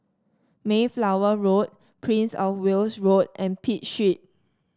Mayflower Road Prince Of Wales Road and Pitt Street